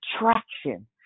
traction